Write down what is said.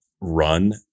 run